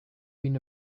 been